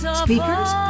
speakers